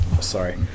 sorry